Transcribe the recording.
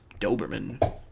Doberman